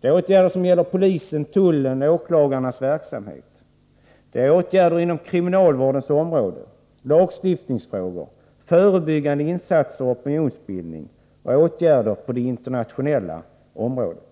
Det är åtgärder som gäller polisens, tullens och åklagarnas verksamhet. Det är åtgärder inom kriminalvårdens område, lagstiftningsfrågor, förebyggande insatser och opinionsbildning och åtgärder på det internationella området.